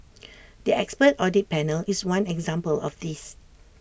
the expert audit panel is one example of this